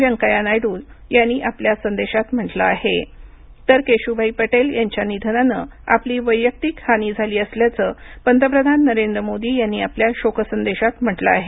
व्यंकय्या नायडू यांनी आपल्या संदेशात म्हटलं आहे तर केशुभाई पटेल यांच्या निधनानं आपली वैयक्तिक हानी झाली असल्याचं पंतप्रधान नरेंद्र मोदी यांनी आपल्या शोक संदेशात म्हटलं आहे